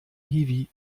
hiwi